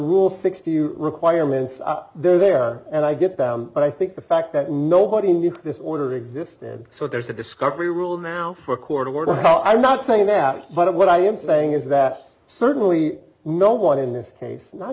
rule sixty requirements up there and i get that but i think the fact that nobody knew that this order existed so there's a discovery rule now for a court order how i am not saying that but what i am saying d is that certainly no one in this case not